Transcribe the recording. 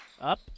Up